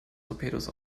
torpedos